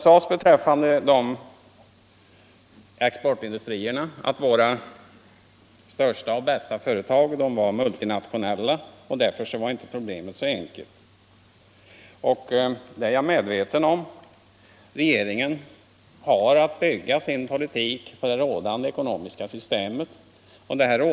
På tal om exportindustrierna framhölls det att våra största och bästa företag var multinationella och att problemet därför inte var så enkelt. Det är jag medveten om. Regeringen har att bygga sin politik på grundval av det rådande ekonomiska systemet.